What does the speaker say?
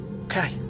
Okay